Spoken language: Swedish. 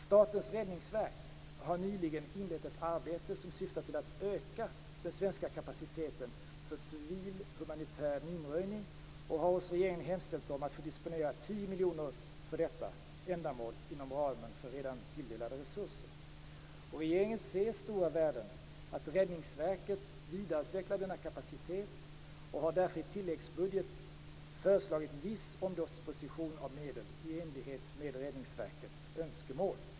Statens räddningsverk har nyligen inlett ett arbete som syftar till att öka den svenska kapaciteten för civil humanitär minröjning och har hos regeringen hemställt om att få disponera 10 miljoner kronor för detta ändamål inom ramen för redan tilldelade resurser. Regeringen ser stora värden i att Räddningsverket vidareutvecklar denna kapacitet och har därför i tilläggsbudget I föreslagit viss omdisposition av medel i enlighet med Räddningsverkets önskemål.